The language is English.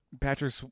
Patrick